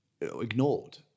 ignored